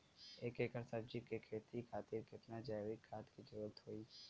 एक एकड़ सब्जी के खेती खातिर कितना जैविक खाद के जरूरत होई?